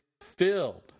filled